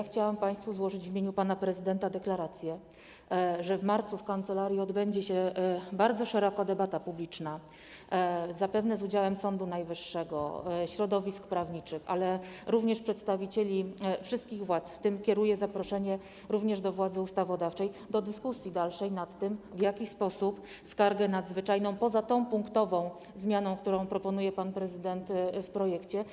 Chciałam państwu złożyć w imieniu pana prezydenta deklarację, że w marcu w kancelarii odbędzie się bardzo szeroka debata publiczna, zapewne z udziałem Sądu Najwyższego, środowisk prawniczych, ale również przedstawicieli wszystkich władz - kieruję zaproszenie również do władzy ustawodawczej - do dalszej dyskusji nad tym, w jaki sposób rozszerzyć skargę nadzwyczajną, poza tą punktową zmianą, którą proponuje pan prezydent w projekcie.